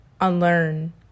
unlearn